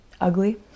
ugly